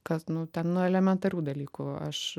kad nu ten nuo elementarių dalykų aš